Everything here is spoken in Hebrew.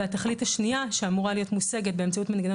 והתכלית השנייה שאמורה להיות מושגת באמצעות מנגנון